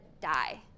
die